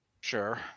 sure